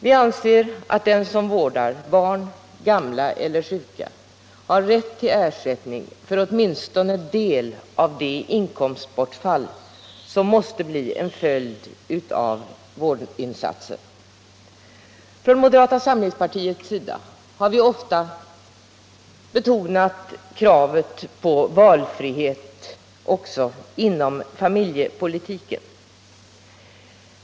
Vi anser att den som vårdar barn, gamla eller sjuka har rätt till ersättning för åtminstone en del av det inkomstbortfall som måste bli en följd av vårdinsatsen. Från moderata samlingspartiets sida har vi ofta betonat kravet på valfrihet också inom familjepolitiken.